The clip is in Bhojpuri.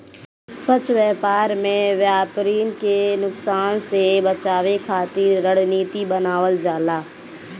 निष्पक्ष व्यापार में व्यापरिन के नुकसान से बचावे खातिर रणनीति बनावल जाला